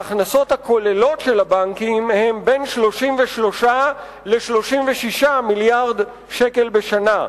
ההכנסות הכוללות של הבנקים הן בין 33 ל-36 מיליארד שקל בשנה,